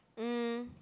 um